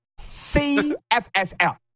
CFSL